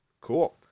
Cool